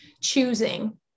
choosing